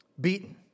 Beaten